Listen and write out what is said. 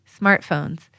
smartphones